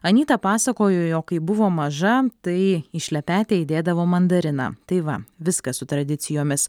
anyta pasakojo jog kai buvo maža tai į šlepetę įdėdavo mandariną tai va viskas su tradicijomis